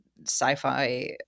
sci-fi